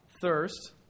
thirst